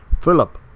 Philip